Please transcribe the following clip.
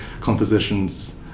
compositions